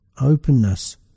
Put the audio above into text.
openness